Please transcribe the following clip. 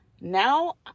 Now